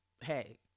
Hey